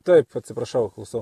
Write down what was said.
taip atsiprašau klausau